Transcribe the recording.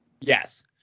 Yes